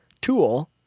tool